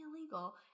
illegal